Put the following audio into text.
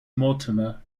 mortimer